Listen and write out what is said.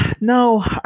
No